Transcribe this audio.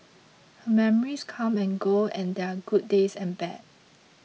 her memories come and go and there are good days and bad